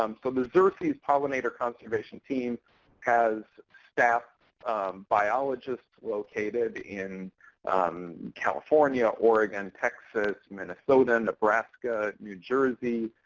um so the xerces pollinator conservation team has staff biologists located in california, oregon, texas, minnesota, nebraska, new jersey,